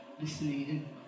Listening